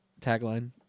tagline